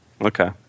okay